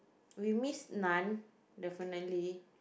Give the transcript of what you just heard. we missed none definitely